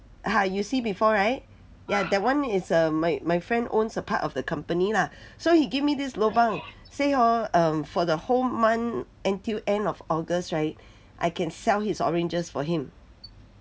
ha you see before [right] ya that one is err my my friend owns a part of the company lah so he give me this lobang say hor um for the whole month until end of august [right] I can sell his oranges for him